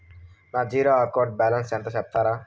నా zero account balance ఎంతో సెప్తారా?